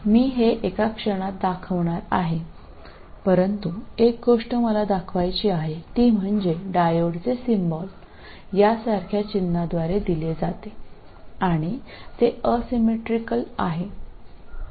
मी हे एका क्षणात दर्शवणार आहे परंतु एक गोष्ट मला दाखवायची आहे ती म्हणजे डायोडचे सिम्बॉल या सारख्या चिन्हाद्वारे दिले जाते आणि ते असिमेट्रीकल आहे